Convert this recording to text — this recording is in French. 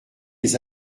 les